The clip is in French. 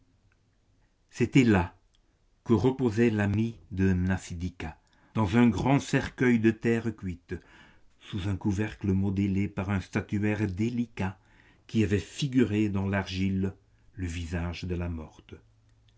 c'était là que reposait l'amie de mnasidika dans un grand cercueil de terre cuite sous un couvercle modelé par un statuaire délicat qui avait figuré dans l'argile le visage de la morte